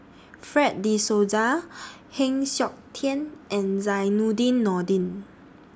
Fred De Souza Heng Siok Tian and Zainudin Nordin